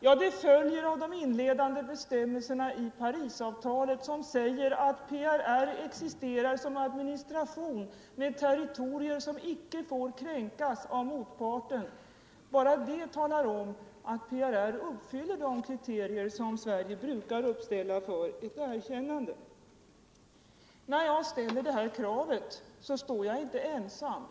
Detta följer av de inledande bestämmelserna i Parisavtalet, som säger att PRR existerar som administration med territorier som inte får kränkas av motparten. Bara det talar om att PRR uppfyller de kriterier som Sverige brukar uppställa för ett erkännande. När jag ställer kravet om upprättande av diplomatiska förbindelser med PRR står jag inte ensam.